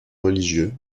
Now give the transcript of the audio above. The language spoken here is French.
religieux